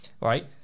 Right